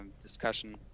discussion